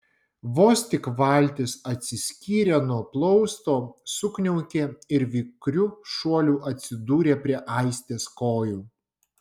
vos tik valtis atsiskyrė nuo plausto sukniaukė ir vikriu šuoliu atsidūrė prie aistės kojų